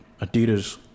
adidas